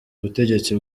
butegetsi